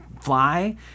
fly